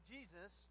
Jesus